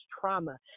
trauma